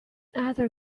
other